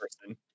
person